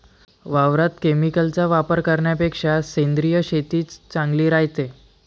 वावरात केमिकलचा वापर करन्यापेक्षा सेंद्रिय शेतीच चांगली रायते